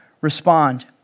respond